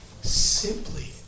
simply